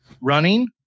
running